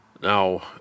Now